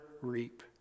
reap